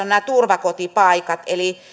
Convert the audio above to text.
nämä turvakotipaikat